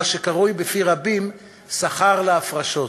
מה שקרוי בפי רבים "שכר להפרשות".